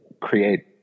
create